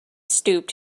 stooped